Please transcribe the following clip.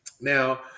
Now